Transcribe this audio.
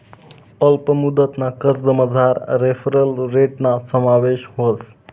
अल्प मुदतना कर्जमझार रेफरल रेटना समावेश व्हस